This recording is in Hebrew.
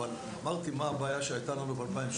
אבל אמרתי מה הבעיה שהייתה לנו ב-2017